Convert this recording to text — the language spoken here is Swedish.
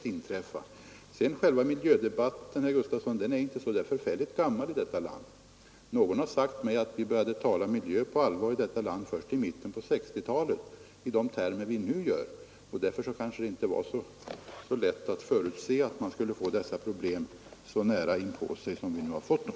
Själva miljödebatten, herr Gustafsson, är inte så förfärligt gammal i detta land. Någon har sagt att vi började tala miljö på allvar först i mitten av 1960-talet i de termer vi nu använder. Därför kanske det inte var så lätt att förutse att vi skulle få dessa problem så nära inpå oss som vi nu har fått dem.